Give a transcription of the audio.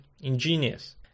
ingenious